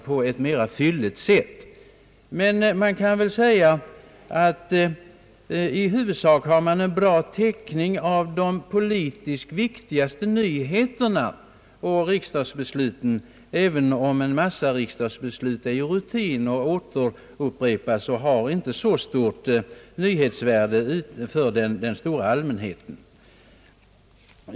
Dock måste sägas att det i huvudsak finns bra täckning av de politiskt sett viktigaste nyheterna när det gäller riksdagsbesluten, även om en mängd riksdagsbeslut är av rutinkaraktär och en återupprepning av tidigare års liknande beslut, utan större nyhetsvärde för den stora allmänheten.